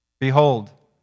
Behold